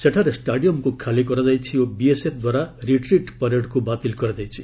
ସେଠାରେ ଷ୍ଟାଡିୟମ୍କୁ ଖାଲି କରାଯାଇଛି ଓ ବିଏସ୍ଏଫ୍ ଦ୍ୱାରା ରିଟ୍ରିଟ୍ ପରେଡ୍କୁ ବାତିଲ୍ କରାଯାଇଛି